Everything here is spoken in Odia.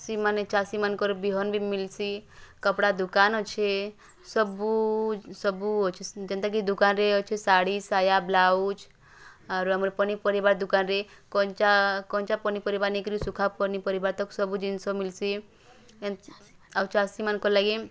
ସେମାନେ ଚାଷୀମାନଙ୍କର ବିହନ୍ ବି ମିଲ୍ସି କପଡ଼ା ଦୁକାନ୍ ଅଛି ସବୁ ସବୁଅଛି ଯେନ୍ତାକି ଦୁକାନରେ ଅଛେ ଶାଢ଼ି ସାୟା ବ୍ଲାଉଜ୍ ଆରୁ ଆମର୍ ପନିପରିବା ଦୁକାନ୍ରେ କଞ୍ଚା କଞ୍ଚାପନିପରିବା ନେଇକରି ଶୁଖା ପନିପରିବା ତକ୍ ସବୁ ଜିନିଷ୍ ମିଲ୍ସି ଆଉ ଚାଷୀମାନକର୍ ଲାଗି